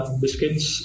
biscuits